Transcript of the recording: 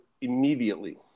immediately